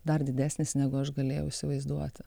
dar didesnis negu aš galėjau įsivaizduoti